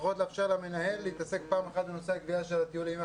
לפחות לאפשר למנהל להתעסק פעם אחת בנושא הגבייה של הטיולים.